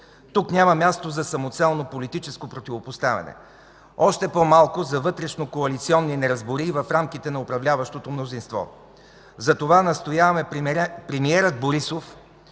Тук няма място за самоцелно политическо противопоставяне, още по-малко за вътрешнокоалиционни неразбории в рамките на управляващото мнозинство. Затова настояваме премиерът Борисов